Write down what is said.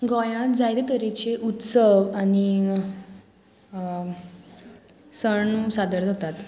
गोंयांत जायते तरेचे उत्सव आनी सण सादर जातात